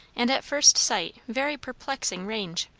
and at first sight very perplexing range.